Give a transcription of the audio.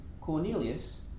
Cornelius